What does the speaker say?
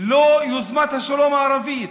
לא יוזמת השלום הערבית,